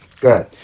Good